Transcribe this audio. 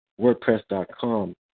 WordPress.com